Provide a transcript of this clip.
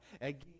again